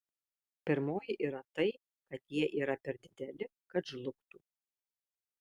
pirmoji yra tai kad jie yra per dideli kad žlugtų